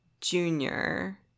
junior